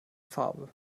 farbe